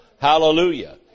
hallelujah